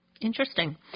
Interesting